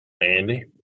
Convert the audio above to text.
Andy